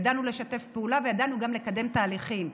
ידענו לשתף פעולה וידענו גם לקדם תהליכים.